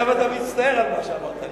עכשיו אתה מצטער על מה שאמרת לי.